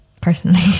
personally